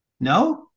no